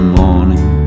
morning